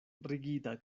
rigida